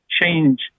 change